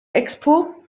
expo